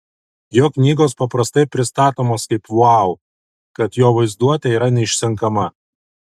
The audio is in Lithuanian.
jo knygos paprastai pristatomos kaip vau kad jo vaizduotė yra neišsenkama